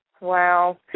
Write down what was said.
Wow